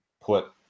put